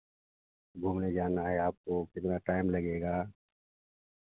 घूमने जाना है आपको कितना टाइम लगेगा